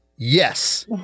Yes